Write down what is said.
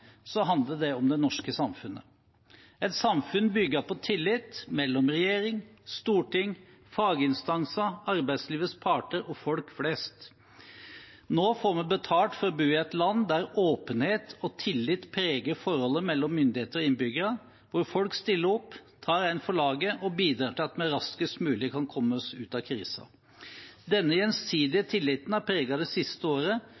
handler det om det norske samfunnet – et samfunn bygget på tillit mellom regjering, storting, faginstanser, arbeidslivets parter og folk flest. Nå får vi betalt for å bo i et land der åpenhet og tillit preger forholdet mellom myndigheter og innbyggere, der folk stiller opp, tar en for laget og bidrar til at vi raskest mulig kan komme oss ut av krisen. Denne gjensidige tilliten har preget det siste året,